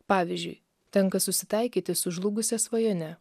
pavyzdžiui tenka susitaikyti su žlugusia svajone